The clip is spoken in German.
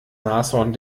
nashorn